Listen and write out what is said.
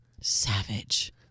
savage